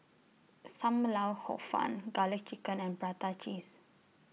SAM Lau Hor Fun Garlic Chicken and Prata Cheese